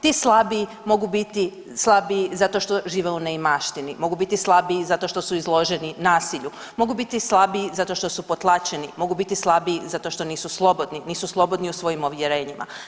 Ti slabiji mogu biti slabiji zato što žive u neimaštini, mogu bili slabiji zato što su izloženi nasilju, mogu biti slabiji zato što su potlačeni, mogu biti slabiji zato što nisu slobodni, nisu slobodni u svojim uvjerenjima.